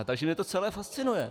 Takže mě to celé fascinuje.